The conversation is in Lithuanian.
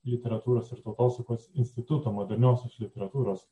literatūros ir tautosakos instituto moderniosios literatūros